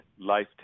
life